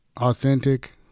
authentic